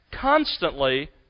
constantly